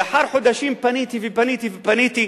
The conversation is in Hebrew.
לאחר חודשים פניתי, ופניתי ופניתי,